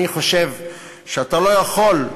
אני חושב שאתה לא יכול,